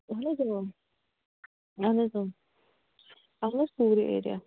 اَہن حظ آ اَہن حظ آ اَہن حظ سورُے ایریا